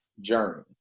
journey